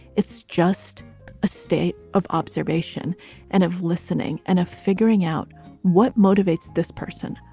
it's just a state of observation and of listening and figuring out what motivates this person.